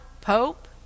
Pope